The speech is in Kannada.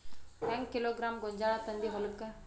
ಹೆಂಗ್ ಕಿಲೋಗ್ರಾಂ ಗೋಂಜಾಳ ತಂದಿ ಹೊಲಕ್ಕ?